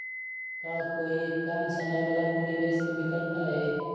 का कोई कम समय वाला निवेस के विकल्प हई?